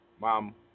Mom